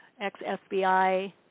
ex-FBI